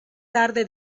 tarde